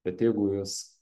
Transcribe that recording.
bet jeigu jūs